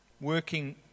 working